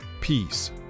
peace